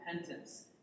repentance